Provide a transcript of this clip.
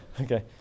Okay